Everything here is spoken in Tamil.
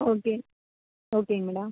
ஓகே ஓகேங்க மேடம்